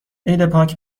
عیدپاک